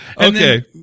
okay